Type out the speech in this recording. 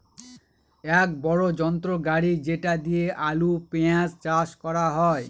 এক বড়ো যন্ত্র গাড়ি যেটা দিয়ে আলু, পেঁয়াজ চাষ করা হয়